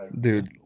Dude